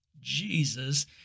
Jesus